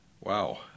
Wow